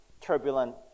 turbulent